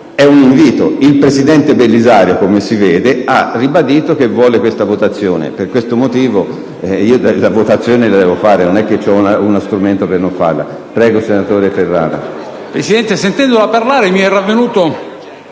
Presidente, sentendola parlare mi era venuto